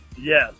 Yes